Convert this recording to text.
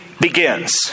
begins